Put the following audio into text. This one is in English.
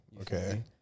okay